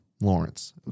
Lawrence